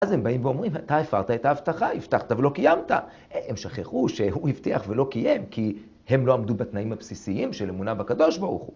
אז הם באים ואומרים אתה הפרת את ההבטחה, הבטחת ולא קיימת, הם שכחו שהוא הבטיח ולא קיים כי הם לא עמדו בתנאים הבסיסיים של אמונם בקדוש ברוך הוא.